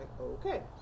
okay